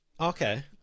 Okay